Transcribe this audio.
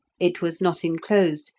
it was not enclosed,